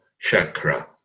Chakra